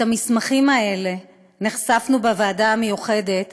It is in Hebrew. למסמכים האלה נחשפנו בוועדה המיוחדת